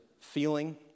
feeling